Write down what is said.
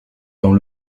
dans